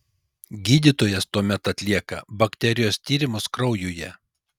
gydytojas tuomet atlieka bakterijos tyrimus kraujuje